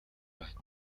байна